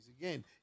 again